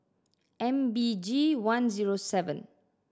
M B G one zero seven